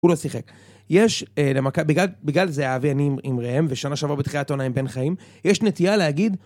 הוא לא שיחק, יש למכבי, בגלל זהבי עם רעיהם ושנה שעברה בתחילת עונה עם בן חיים, יש נטייה להגיד